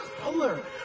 color